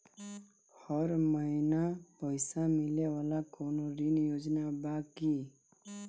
हर महीना पइसा मिले वाला कवनो ऋण योजना बा की?